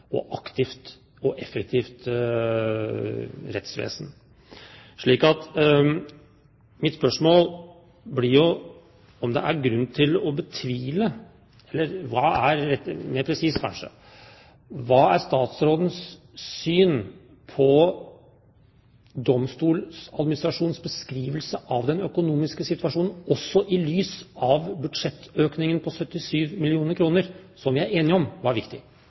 kompetent, aktivt og effektivt rettsvesen. Så mitt spørsmål blir jo om det er grunn til å betvile – eller mer presist, kanskje: Hva er statsrådens syn på Domstoladministrasjonens beskrivelse av den økonomiske situasjonen, også i lys av budsjettøkningen på 77 mill. kr, som vi er enige om var viktig?